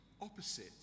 Opposite